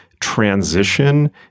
transition